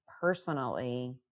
personally